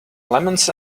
lemons